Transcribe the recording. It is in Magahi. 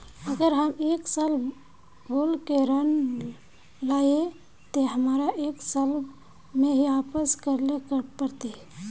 अगर हम एक साल बोल के ऋण लालिये ते हमरा एक साल में ही वापस करले पड़ते?